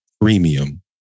Premium